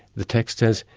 the text says,